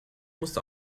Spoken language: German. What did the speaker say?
musste